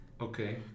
Okay